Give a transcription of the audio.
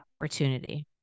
opportunity